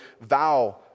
vow